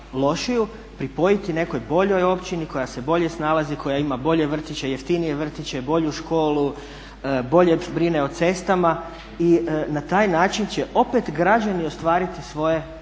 pripojiti nekoj boljoj općini koja se bolje snalazi, koja ima bolje vrtiće, jeftinije vrtiće, bolju školu, bolje brine o cestama. I na taj način će opet građani ostvariti svoje